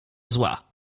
zła